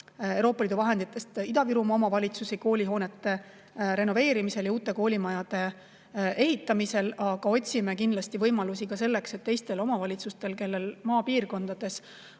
Euroopa Liidu vahenditest Ida-Virumaa omavalitsusi koolihoonete renoveerimisel ja uute koolimajade ehitamisel, aga me otsime kindlasti võimalusi ka selleks, et teistelgi omavalitsustel oleks maapiirkondades